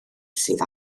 sydd